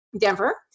Denver